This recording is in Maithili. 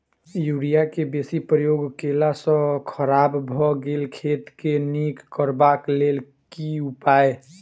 यूरिया केँ बेसी प्रयोग केला सऽ खराब भऽ गेल खेत केँ नीक करबाक लेल की उपाय?